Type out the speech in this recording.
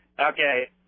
Okay